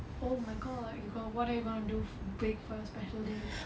oh my god you got what are you gonna do big for your special day